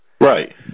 Right